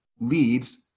leads